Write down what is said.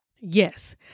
Yes